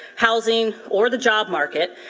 housing, or the job market,